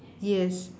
yes